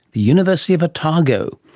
the university of otago.